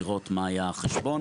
ולראות מה היה החשבון.